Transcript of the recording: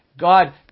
God